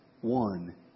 one